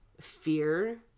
fear